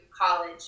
college